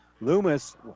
Loomis